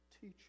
teach